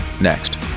next